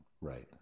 right